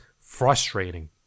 frustrating